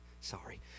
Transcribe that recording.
Sorry